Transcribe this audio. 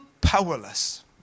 powerless